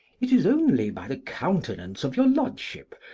it is only by the countenance of your lordship,